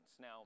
Now